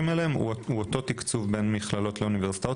עליהם הוא אותו תקצוב בין מכללות לאוניברסיטאות,